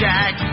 Jack